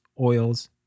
oils